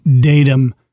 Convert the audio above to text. datum